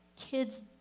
kids